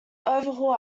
overhaul